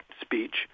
speech